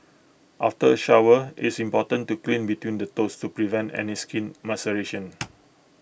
after shower it's important to clean between the toes to prevent any skin maceration